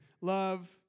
love